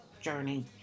journey